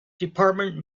department